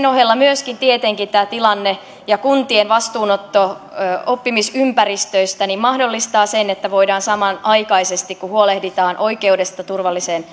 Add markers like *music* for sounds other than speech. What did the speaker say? *unintelligible* ohella tietenkin myöskin tämä tilanne ja kuntien vastuunotto oppimisympäristöistä mahdollistavat sen että voidaan samanaikaisesti kun huolehditaan oikeudesta turvalliseen *unintelligible*